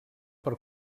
per